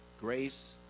Grace